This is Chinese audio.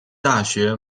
大学